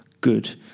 good